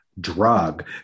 drug